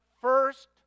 first